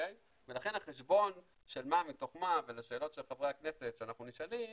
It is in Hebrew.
לכן החשבון של מה מתוך מה ולשאלות של חברי הכנסת שאנחנו נשאלים,